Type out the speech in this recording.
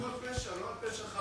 אתם הבאתם על כל פשע, לא על פשע חמור.